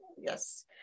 Yes